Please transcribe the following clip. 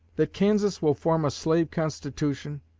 that kansas will form a slave constitution,